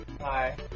Hi